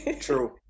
true